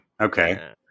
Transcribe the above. Okay